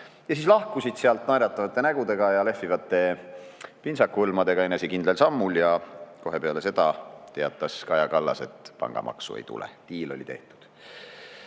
ja lahkusid sealt naeratavate nägudega ja lehvivate pintsaku hõlmadega enesekindlal sammul. Ja kohe peale seda teatas Kaja Kallas, et pangamaksu ei tule. Diil oli tehtud. Nüüd,